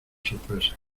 sorpresas